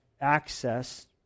access